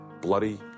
bloody